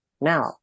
now